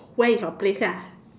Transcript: where is your place lah